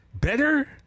better